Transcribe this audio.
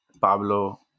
Pablo